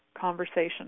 conversation